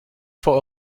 for